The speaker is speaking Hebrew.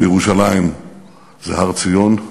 וירושלים זה הר-ציון,